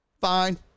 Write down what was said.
Fine